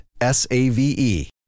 S-A-V-E